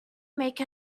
make